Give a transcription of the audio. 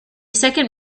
second